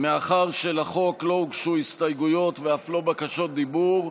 מאחר שלחוק לא הוגשו הסתייגויות ואף לא בקשות דיבור.